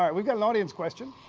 um we got an audience question.